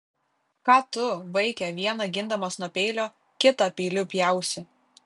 ką tu vaike vieną gindamas nuo peilio kitą peiliu pjausi